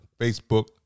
Facebook